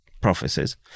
prophecies